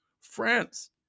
France